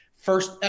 first